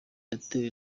yatewe